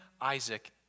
Isaac